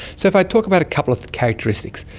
so if i talk about a couple of characteristics,